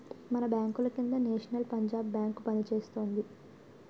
మన బాంకుల కింద నేషనల్ పంజాబ్ బేంకు పనిచేస్తోంది